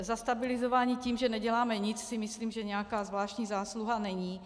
Zastabilizování tím, že neděláme nic, si myslím, že nějaká zvláštní zásluha není.